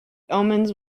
omens